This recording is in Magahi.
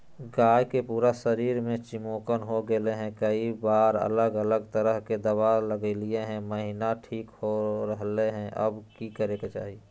गाय के पूरा शरीर में चिमोकन हो गेलै है, कई बार अलग अलग तरह के दवा ल्गैलिए है महिना ठीक हो रहले है, अब की करे के चाही?